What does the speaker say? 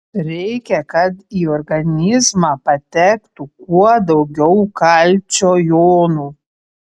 reikia kad į organizmą patektų kuo daugiau kalcio jonų